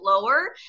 lower